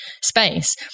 space